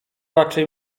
raczej